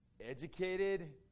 educated